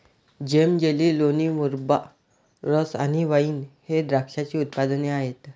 जेम, jelly, लोणी, मुरब्बा, रस आणि वाइन हे द्राक्षाचे उत्पादने आहेत